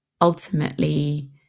ultimately